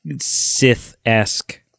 Sith-esque